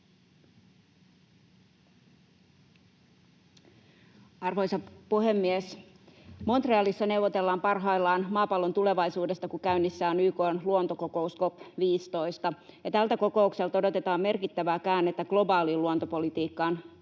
Arvoisa puhemies! Montrealissa neuvotellaan parhaillaan maapallon tulevaisuudesta, kun käynnissä on YK:n luontokokous COP 15, ja tältä kokoukselta odotetaan merkittävää käännettä globaaliin luontopolitiikkaan.